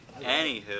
Anywho